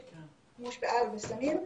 שימוש באלכוהול ובסמים,